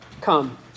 come